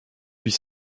huit